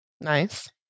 Nice